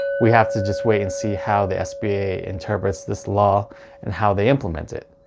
we have to just wait and see how the sba interprets this law and how they implement it.